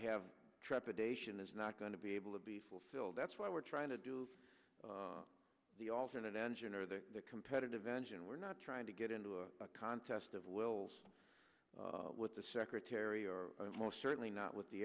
have trepidation is not going to be able to be fulfilled that's what we're trying to do the alternate engine or the competitive engine we're not trying to get into a contest of wills with the secretary or most certainly not with the